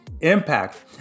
impact